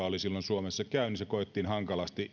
oli silloin käynnissä sisällissota koettiin hankalaksi